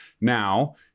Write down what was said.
Now